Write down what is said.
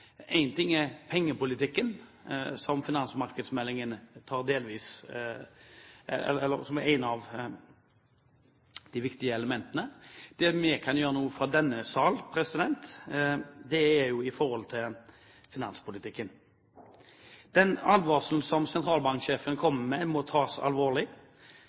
ting er pengepolitikken, som er et av de viktige elementene. Der vi kan gjøre noe fra denne sal, er jo i finanspolitikken. Den advarselen som sentralbanksjefen kommer med, må tas alvorlig.